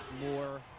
more